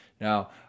Now